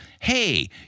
hey